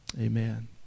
amen